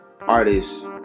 artists